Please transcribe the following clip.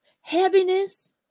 Heaviness